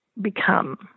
become